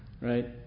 Right